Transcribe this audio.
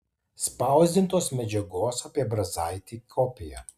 spausdintos medžiagos apie brazaitį kopija